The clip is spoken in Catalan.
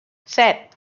set